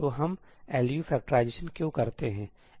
तो हम LU factorisation क्यों करते हैं